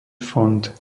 fond